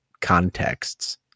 Contexts